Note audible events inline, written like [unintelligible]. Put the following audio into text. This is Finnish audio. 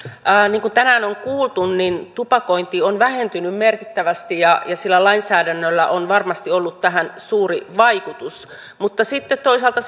niin kuin tänään on kuultu tupakointi on vähentynyt merkittävästi ja sillä lainsäädännöllä on varmasti ollut tähän suuri vaikutus mutta sitten toisaalta [unintelligible]